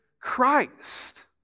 Christ